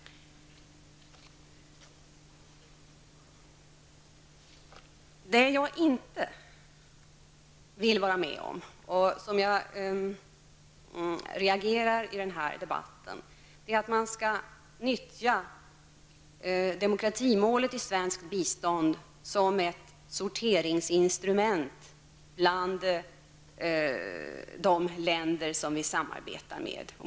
Det jag inte vill vara med om, och som jag reagerar mot i den här debatten, är att man skall nyttja demokratimålet i svenskt bistånd som ett sorteringsinstrument bland de länder som vi samarbetar med.